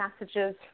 messages